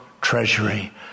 treasury